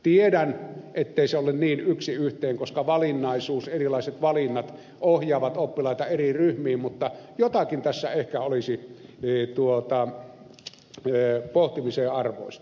tiedän ettei se ole niin yksi yhteen koska erilaiset valinnat ohjaavat oppilaita eri ryhmiin mutta jotakin tässä ehkä olisi pohtimisen arvoista